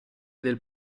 del